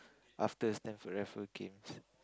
after Stamford Raffles came